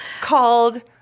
called